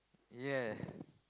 ya